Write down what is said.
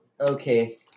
Okay